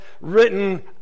written